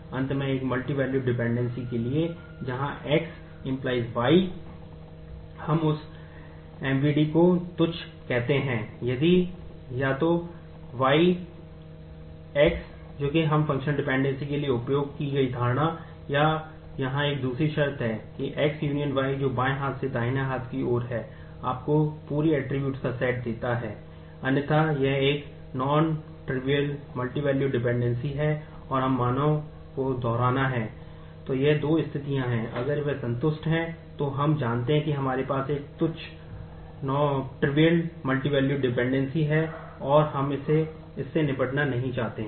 अंत में एक मल्टीवैल्यूड डिपेंडेंसी है और हम इससे निपटना नहीं चाहते हैं